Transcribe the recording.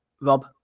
Rob